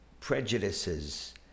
prejudices